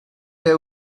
they